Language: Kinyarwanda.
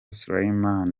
sulaiman